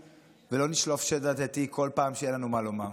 ולא נשלוף שד עדתי כל פעם שאין לנו מה לומר.